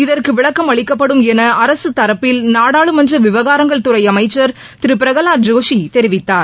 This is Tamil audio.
இதற்கு விளக்கம் அளிக்கப்படும் என அரசுத்தரப்பில் நாடாளுமன்ற விவகாரங்கள் துறை அமைச்சர் திரு பிரகலாத் ஜோஷி தெரிவித்தார்